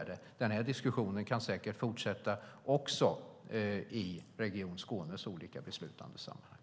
Den här diskussionen kan säkert fortsätta att föras också i Region Skånes olika beslutande sammanhang.